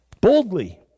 Boldly